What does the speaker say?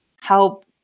help